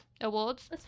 Awards